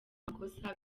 makosa